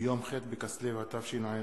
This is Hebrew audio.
ביום ח' בכסלו התשע"א,